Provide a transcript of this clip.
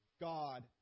God